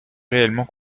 réellement